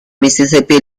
mississippi